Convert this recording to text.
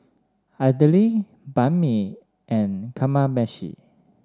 Idili Banh Mi and Kamameshi